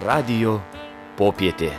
radijo popietė